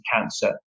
cancer